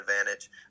advantage